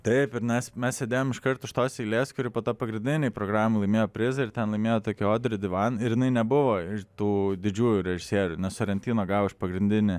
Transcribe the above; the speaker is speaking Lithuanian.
taip ir mes mes sėdėjom iškart už tos eilės kuri po to pagrindinėj programoj laimėjo prizą ir ten laimėjo tokia odri divan ir jinai nebuvo iš tų didžiųjų režisierių nes orentino gavo pagrindinį